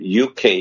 UK